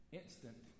instant